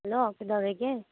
hello ꯀꯩꯗꯧꯔꯤꯒꯦ